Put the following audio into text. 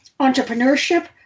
entrepreneurship